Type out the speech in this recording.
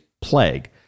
plague